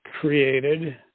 created